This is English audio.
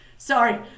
Sorry